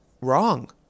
wrong